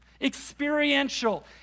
experiential